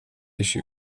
issue